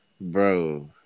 Bro